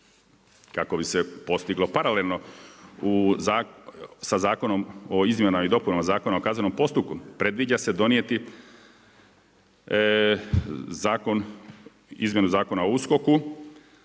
Kako bi se postiglo paralelno sa Zakonom o izmjenama i dopunama Zakona o kaznenom postupku predviđa se donijeti izmjenu Zakona o USKOK-u,